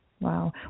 Wow